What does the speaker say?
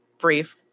brief